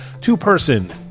two-person